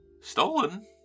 Stolen